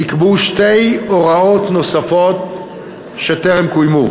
נקבעו שתי הוראות נוספות שטרם קוימו: